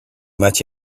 much